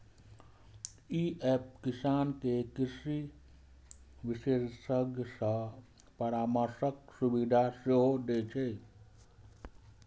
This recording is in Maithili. ई एप किसान कें कृषि विशेषज्ञ सं परामर्शक सुविधा सेहो दै छै